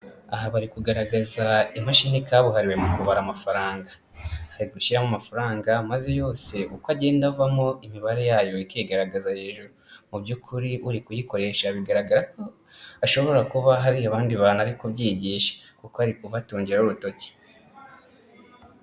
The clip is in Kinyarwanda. Aha bari kugaragaza imashini kabuhariwe mu kubara amafaranga, bari gushyiramo amafaranga maze yose uko agenda avamo imibare yayo ikigaragaza hejuru, mu by'ukuri uri kuyikoresha bigaragara ko ashobora kuba hari abandi bantu ari kubyigisha kuko ari kubatungiraho urutoki.